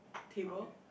table